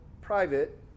private